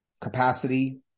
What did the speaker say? Capacity